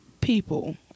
people